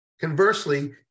Conversely